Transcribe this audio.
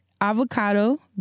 avocado